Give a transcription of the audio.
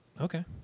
Okay